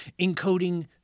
encoding